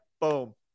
boom